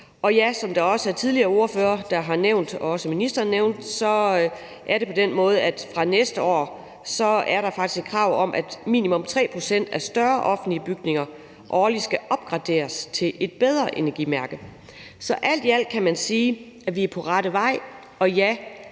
også tidligere ordførere og ministeren har nævnt, er det sådan, at der fra næste år faktisk er et krav om, at minimum 3 pct. af større offentlige bygninger årligt skal opgraderes til et bedre energimærke. Så alt i alt kan man sige, at vi er på rette vej.